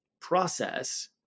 process